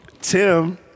Tim